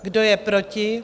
Kdo je proti?